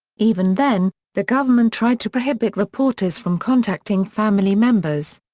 even then, the government tried to prohibit reporters from contacting family members.